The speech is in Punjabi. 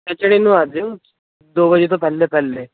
ਸੈਚਰਡੇ ਨੂੰ ਆ ਜਿਓ ਦੋ ਵਜੇ ਤੋਂ ਪਹਿਲੇ ਪਹਿਲੇ